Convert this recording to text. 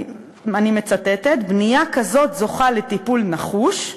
אני מצטטת: "בנייה כזאת זוכה לטיפול נחוש",